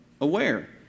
aware